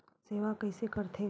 सेवा कइसे करथे?